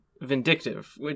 vindictive